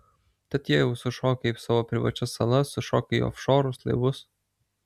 tad jie jau sušoka į savo privačias salas sušoka į ofšorus laivus